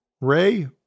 Ray